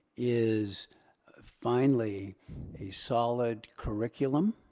is finally a solid curriculum